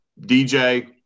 DJ